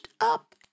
up